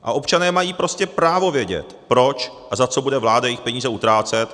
A občané mají prostě právo vědět, proč a za co bude vláda jejich peníze utrácet.